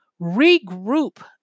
regroup